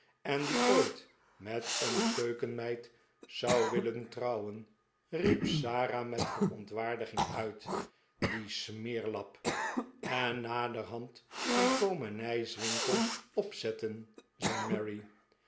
en die ooit met een keukenmeid zou willen trouwen riep sara met verontwaardiging uit die smeerlap en naderhand een komenijswinkel opzetten zei